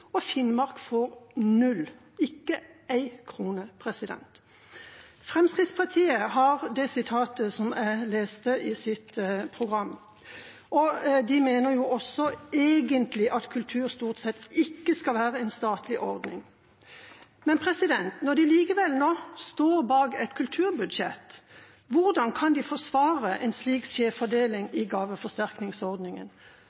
og Finnmark får null – ikke én krone. Fremskrittspartiets har det sitatet jeg leste i begynnelsen av innlegget, i sitt program. De mener egentlig at kultur stort sett ikke skal være en statlig ordning. Men når de likevel nå står bak et kulturbudsjett, hvordan kan de forsvare en slik